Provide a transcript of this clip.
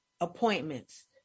appointments